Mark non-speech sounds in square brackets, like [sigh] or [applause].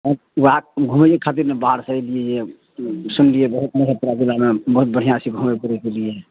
[unintelligible] ओहए घुमइये खातिर ने बाहरसँ एलियै यऽ सुनलियै बहुत [unintelligible] नाम बहुत बढ़िआँ छै घुमै फिरैके लिए